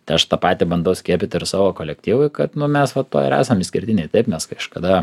tai aš tą patį bandau skiepyti ir savo kolektyvui kad nu mes va tuo ir esam išskirtiniai taip mes kažkada